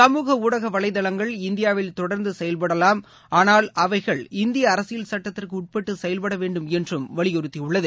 சமூக ஊடக வளைதங்கள் இந்தியாவில் தொடர்ந்து செயல்படலாம் ஆனால் அவைகள் இந்திய அரசியல் சுட்டத்திற்கு உட்பட்டு செயல்பட வேண்டும் என்று வலியுறுத்தியுள்ளது